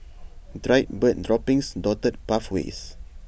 dried bird droppings dotted pathways